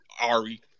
Ari